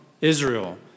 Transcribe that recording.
Israel